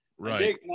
Right